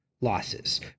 losses